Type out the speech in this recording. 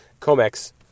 COMEX